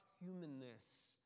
humanness